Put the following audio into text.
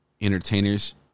entertainers